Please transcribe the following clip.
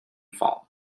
fault